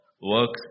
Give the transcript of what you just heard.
works